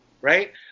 Right